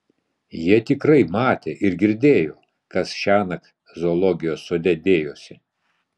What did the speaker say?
jie tikrai matė ir girdėjo kas šiąnakt zoologijos sode dėjosi